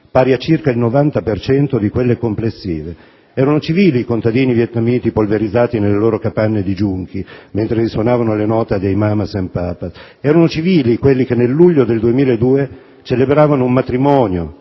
pari a circa il 90 per cento di quelle complessive. Erano civili i contadini vietnamiti polverizzati nelle loro capanne di giunchi mentre risuonavano le note dei Mamas and Papas; erano civili quelli che nel luglio del 2002 celebravano un matrimonio